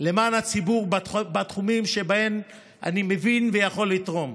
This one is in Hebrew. למען הציבור בתחומים שבהם אני מבין ויכול לתרום.